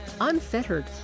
unfettered